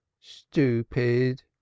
stupid